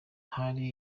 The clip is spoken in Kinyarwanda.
hari